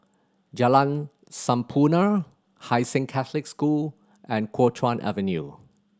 Jalan Sampurna Hai Sing Catholic School and Kuo Chuan Avenue